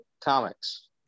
comics